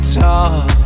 talk